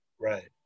right